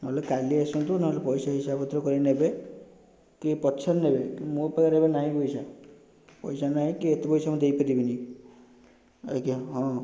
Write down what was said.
ନହେଲେ କାଲି ଆସନ୍ତୁ ନହଲେ ପଇସା ହିସାବ ପତ୍ର କରିକି ନେବେ କି ପଛରେ ନେବେ କିନ୍ତୁ ମୋ ପାଖରେ ଏବେ ନାହିଁ ପଇସା ପଇସା ନାହିଁ କି ଏତେ ପଇସା ମୁଁ ଦେଇପାରିବିନି ଆଜ୍ଞା ହଁ